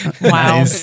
Wow